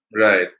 Right